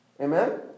Amen